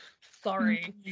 Sorry